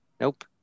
Nope